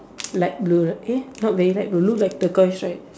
light blue eh not very light blue look like turquoise right